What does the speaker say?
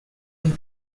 can